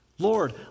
Lord